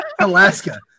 Alaska